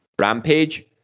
Rampage